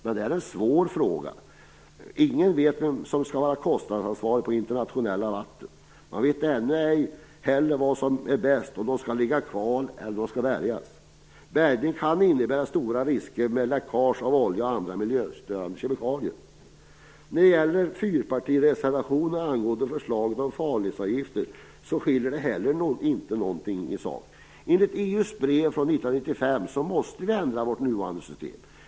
Men detta är en svår fråga, eftersom ingen vet vem som skall vara kostnadsansvarig på internationella vatten. Man vet ännu ej vad som är bäst, om vraken skall ligga kvar eller om de skall bärgas. Bärgning kan innebära stora risker, med läckage av olja och andra miljöstörande kemikalier. Inte heller fyrpartireservationen angående förslaget om farledsavgifter skiljer sig i sak. Enligt EU:s brev från 1995 måste vi ändra vårt nuvarande system.